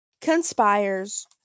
conspires